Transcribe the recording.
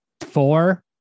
four